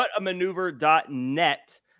Whatamaneuver.net